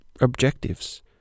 objectives